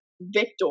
victor